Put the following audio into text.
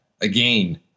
again